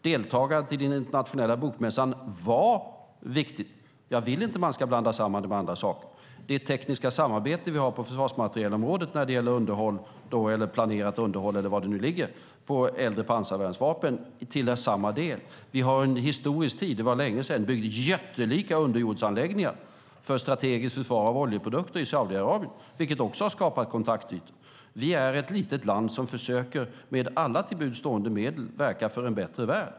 Deltagandet i den internationella bokmässan var viktigt. Jag vill inte att man ska blanda samman det med andra saker. Det tekniska samarbete som vi har på försvarsmaterielområdet när det gäller underhåll, planerat underhåll eller vad det gäller för äldre pansarvärnsvapen tillhör samma del. Vi har en historisk tid. Det var länge sedan det byggdes jättelika underjordsanläggningar för strategiskt försvar av oljeprodukter i Saudiarabien, vilket också har skapat kontaktytor. Vi är ett litet land som med alla till buds stående medel försöker verka för en bättre värld.